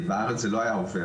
בארץ זה לא היה עובר.